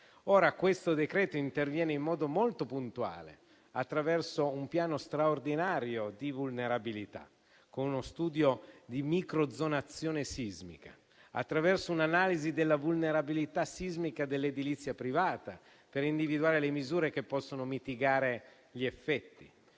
Ora questo decreto interviene in modo molto puntuale, attraverso un piano straordinario di vulnerabilità, con uno studio di microzonazione sismica, attraverso un'analisi della vulnerabilità sismica dell'edilizia privata per individuare le misure che possono mitigare gli effetti,